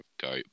go